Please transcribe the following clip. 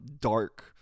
dark